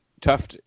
tough